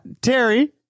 Terry